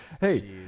Hey